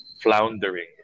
floundering